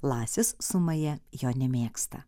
lasis su maja jo nemėgsta